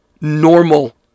normal